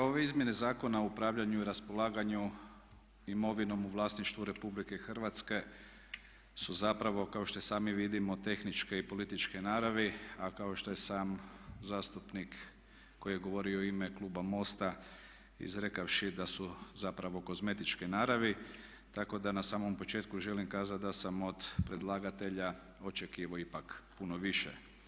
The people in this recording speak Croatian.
Evo ove izmjene Zakona o upravljanju i raspolaganju imovinom u vlasništvu Republike Hrvatske su zapravo kao što i sami vidimo tehničke i političke naravi, a kao što je sam zastupnik koji je govorio u ime kluba MOST-a izrekavši da su zapravo kozmetičke naravi, tako da na samom početku želim kazati da sam od predlagatelja očekivao ipak puno više.